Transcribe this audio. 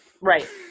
Right